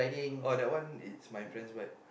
oh that one is my friend's bike